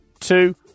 two